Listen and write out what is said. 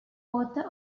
author